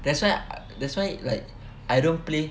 that's why that's why like I don't play